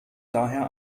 daher